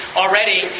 already